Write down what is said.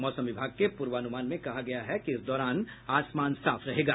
मौसम विभाग के पूर्वानुमान में कहा गया है कि इस दौरान आसमान साफ रहेगा